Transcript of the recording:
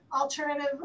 alternative